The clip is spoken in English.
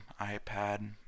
iPad